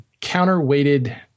counterweighted